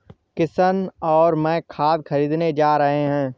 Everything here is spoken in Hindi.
किशन और मैं खाद खरीदने जा रहे हैं